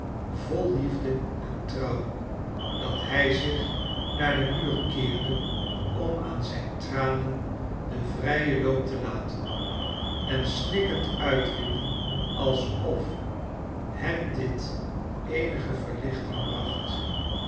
vol liefde en trouw dat hij zich naar den muur keerde om aan zijn tranen den vrijen loop te laten en snikkend uitriep alsof hem dit eenige verlichting bracht